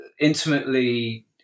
intimately